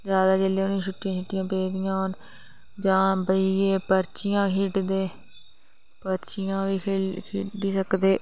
ज्यादातर जेहले उनेंगी छुट्टियां पैदियां होन जां बेहियै पर्चियां खेढदे पर्चियां बी खेढी सकदे